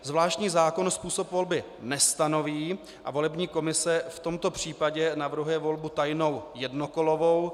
Zvláštní zákon způsob volby nestanoví a volební komise v tomto případě navrhuje volbu tajnou jednokolovou.